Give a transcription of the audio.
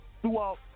throughout